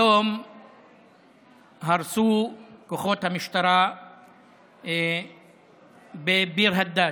היום הרסו כוחות המשטרה בביר הדאג',